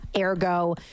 ergo